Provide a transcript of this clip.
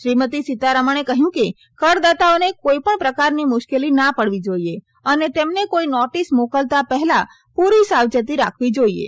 શ્રીમતી સીતારમણે કહયું કે કરદાતાઓને કોઈ પણ પ્રકારની મુશ્કેલી ના પડવી જાઈએ અને તેમને કોઈ નોટીસ મોકલતા પહેલા પુરી સાવચેતી રાખવી જાઈએ